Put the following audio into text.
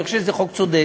אני חושב שזה חוק צודק,